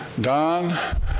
Don